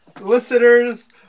Listeners